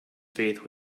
faith